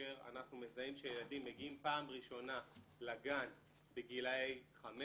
כאשר אנחנו מזהים שילדים מגיעים פעם ראשונה לגן בגילאי 5,